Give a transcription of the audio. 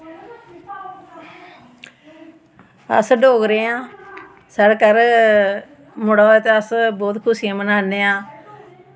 अस डोगरे आं साढ़ै घर मुड़ा होऐ ते अस बौह्त खुशियां मनान्ने आं